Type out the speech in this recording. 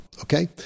okay